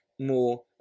more